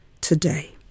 today